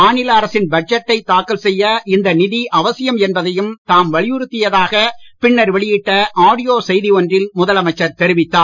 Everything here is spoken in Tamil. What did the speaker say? மாநில அரசின் பட்ஜெட்டைத் தாக்கல் செய்ய இந்த நிதி அவசியம் என்பதையும் தாம் வலியுறுத்தியதாக பின்னர் வெளியிட்ட ஆடியோ செய்தி ஒன்றில் முதலமைச்சர் தெரிவித்தார்